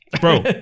Bro